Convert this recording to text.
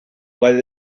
what